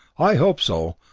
i hope so.